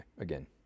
again